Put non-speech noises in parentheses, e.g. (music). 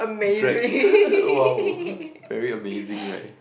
drag (laughs) !wow! very amazing right